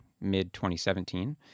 mid-2017